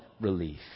relief